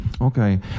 Okay